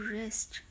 rest